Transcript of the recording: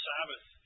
Sabbath